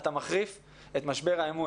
אתה מחריף את משבר האמון.